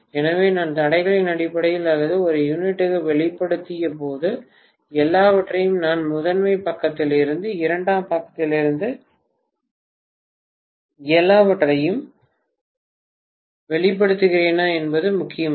எனவே நான் தடைகளின் அடிப்படையில் அல்லது ஒரு யூனிட்டுக்கு வெளிப்படுத்தியபோது எல்லாவற்றையும் நான் முதன்மை பக்கத்திலிருந்து இரண்டாம் பக்கத்திலிருந்து எல்லாவற்றையும் வெளிப்படுத்துகிறேனா என்பது முக்கியமல்ல